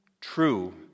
true